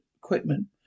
equipment